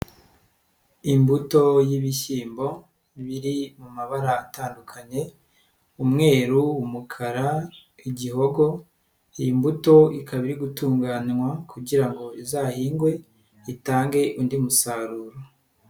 Imbuto y'ibishyimbo iri mu mabara atandukanye; umweru, umukara, igihogo, iyi mbuto ikaba irigutunganywa kugira ngo izahingwe itange undi musaruro.